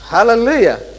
Hallelujah